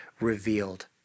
revealed